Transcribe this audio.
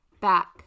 back